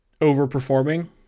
overperforming